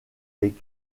des